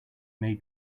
may